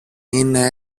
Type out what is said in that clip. είναι